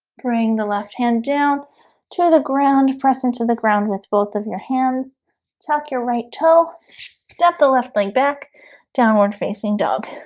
bring the left hand down to the ground press into the ground with both of your hands tuck your right toe step the left leg back downward facing dog